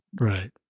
Right